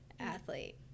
athlete